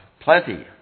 plenty